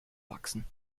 wachsen